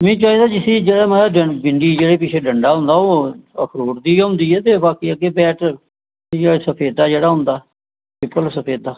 मिगी चाहिदा बिंडी जिसदा बिंडा ओह् अखरोट दी होंदी ऐ ते अग्गें बैट लकड़ी इयै सफेदा जेह्ड़ा होंदा सफेदा